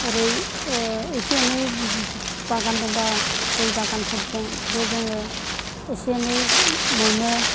ओरै एसे एनै बागान दंब्ला गय बागानफोरजोंबो जोङो एसे एनै मोनो